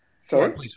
Sorry